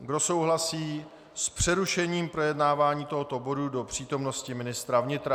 Kdo souhlasí s přerušením projednávání tohoto bodu do přítomnosti ministra vnitra?